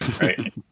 right